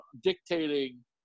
dictating